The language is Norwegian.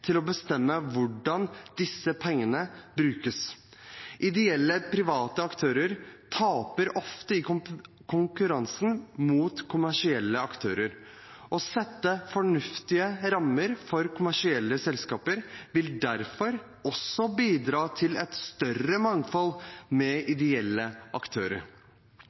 til å bestemme hvordan disse pengene brukes. Ideelle private aktører taper ofte i konkurransen mot kommersielle aktører. Å sette fornuftige rammer for kommersielle selskaper vil derfor også bidra til et større mangfold med ideelle aktører.